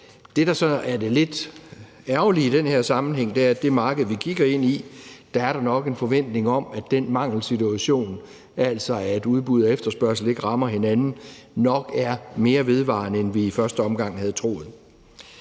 Det, der så er det lidt ærgerlige i den her sammenhæng, er, at der på det marked, vi kigger ind i, nok er en forventning om, at den mangelsituation, altså at udbud og efterspørgsel ikke rammer hinanden, er mere vedvarende, end vi i første omgang havde troet.